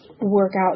workout